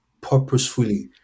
purposefully